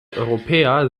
europäer